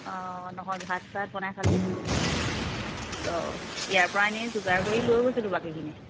অঁ নহয় ভাত চাত বনাই খালোঁ অঁ ইয়াৰ পৰা এনেই যোগাৰ কৰি লৈ গৈছিলোঁ বাকীখিনি